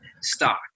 stock